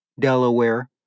Delaware